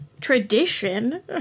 tradition